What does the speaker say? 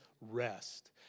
rest